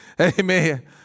Amen